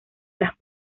las